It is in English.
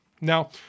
Now